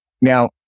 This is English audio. Now